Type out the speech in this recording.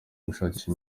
gushakisha